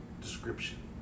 description